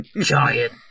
giant